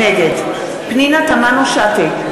נגד פנינה תמנו-שטה,